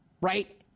right